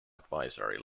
advisory